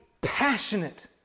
passionate